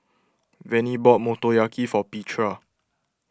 Vennie bought Motoyaki for Petra